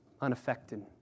unaffected